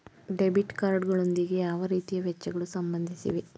Debit card ಗಳೊಂದಿಗೆ ಯಾವ ರೀತಿಯ ವೆಚ್ಚಗಳು ಸಂಬಂಧಿಸಿವೆ?